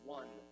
one